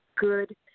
good